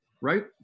right